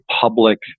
public